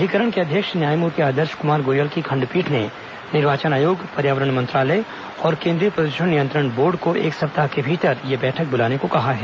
अधिकरण के अध्यक्ष न्यायमूर्ति आदर्श कुमार गोयल की खण्डपीठ ने निर्वाचन आयोग पर्यावरण मंत्रालय और केन्द्रीय प्रद्षण नियंत्रण बोर्ड को एक सप्ताह के भीतर ये बैठक बुलाने को कहा है